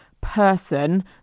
person